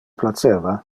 placeva